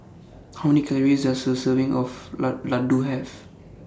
How Many Calories Does A Serving of Ladoo Have